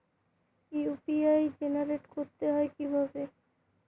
UPI generate করতে হয় কিভাবে?